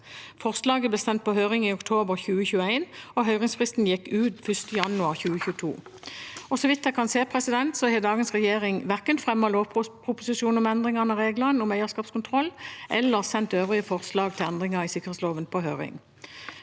Forslaget ble sendt på høring i oktober 2021, og høringsfristen gikk ut 1. januar 2022. Så vidt jeg kan se, har dagens regjering verken fremmet lovproposisjon om endringer av reglene om eierskapskontroll eller sendt øvrige forslag til endringer i sikkerhetsloven på høring.